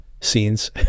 scenes